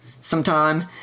sometime